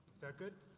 that good?